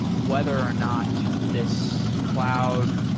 whether or not this cloud